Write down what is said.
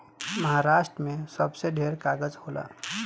महारास्ट्र मे सबसे ढेर कागज़ होला